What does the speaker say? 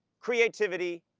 creativity,